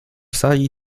sali